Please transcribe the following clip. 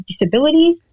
disabilities